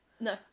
No